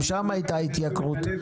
גם שם הייתה התייקרות.